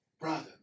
brother